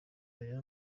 aya